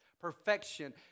perfection